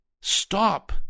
stop